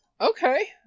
okay